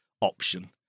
option